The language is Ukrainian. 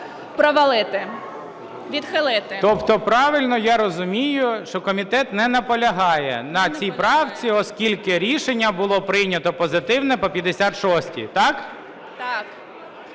провалити. Відхилити. ГОЛОВУЮЧИЙ. Тобто правильно я розумію, що комітет не наполягає на цій правці, оскільки рішення було прийнято позитивне по 56-й, так?